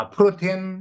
Protein